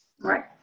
Right